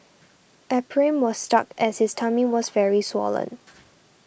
Ephraim was stuck as his tummy was very swollen